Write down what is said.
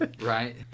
Right